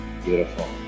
Beautiful